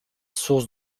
source